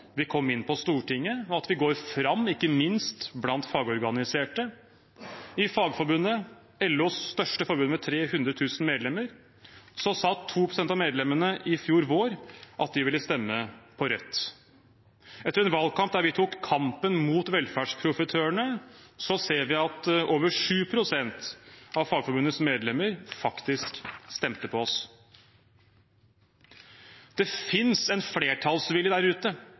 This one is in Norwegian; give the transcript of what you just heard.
vi kom inn på Stortinget, og at vi går fram, ikke minst blant fagorganiserte. I Fagforbundet, LOs største forbund med 300 000 medlemmer, sa 2 pst. av medlemmene i fjor vår at de ville stemme på Rødt. Etter en valgkamp der vi tok kampen mot velferdsprofitørene, ser vi at over 7 pst. av Fagforbundets medlemmer faktisk stemte på oss. Det fins en flertallsvilje der ute